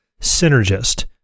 synergist